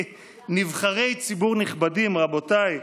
נבחרי ציבור נכבדים, רבותיי,